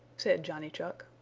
said johnny chuck.